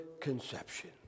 conception